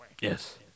Yes